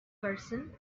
person